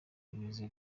bimeze